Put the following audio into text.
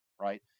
right